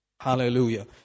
Hallelujah